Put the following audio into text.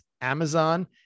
Amazon